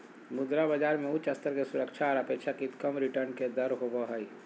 मुद्रा बाजार मे उच्च स्तर के सुरक्षा आर अपेक्षाकृत कम रिटर्न के दर होवो हय